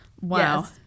Wow